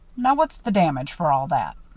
now, what's the damage for all that?